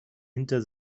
hinter